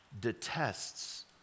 detests